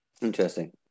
Interesting